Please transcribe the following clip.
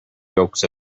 yolks